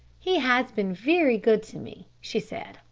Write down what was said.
he has been very good to me, she said,